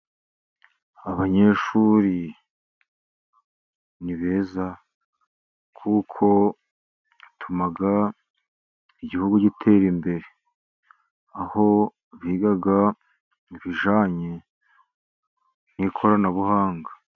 Abanyeshuri ni beza kuko batuma, igihugu gitera imbere. Aho biga ibijyanye n'ikoranabuhanga.